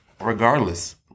regardless